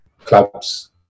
clubs